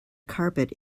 carpet